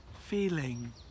feeling